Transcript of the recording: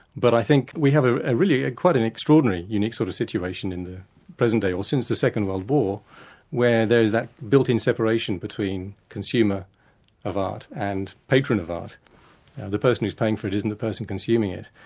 but i think we have ah ah really ah quite an extraordinary, unique sort of situation in the present day, or since the second world war where there is that built-in separation between consumer of art and patron of art. and the person who's paying for it isn't the person consuming it.